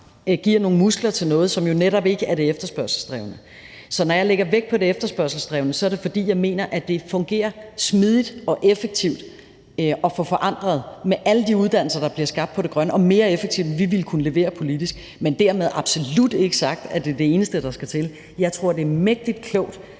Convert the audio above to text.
giver nogle muskler til noget, som jo netop ikke er det efterspørgselsdrevne. Så når jeg lægger vægt på det efterspørgselsdrevne, er det, fordi jeg mener, at det fungerer smidigt og effektivt i forhold til at få det forandret med alle de uddannelser, der bliver skabt på det grønne område, og mere effektivt, end vi ville kunne levere politisk. Men dermed absolut ikke sagt, at det er det eneste, der skal til. Jeg tror, det er mægtig klogt,